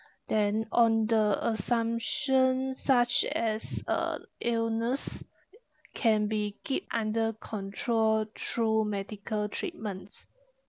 then on the assumption such as uh illness can be keep under control through medical treatments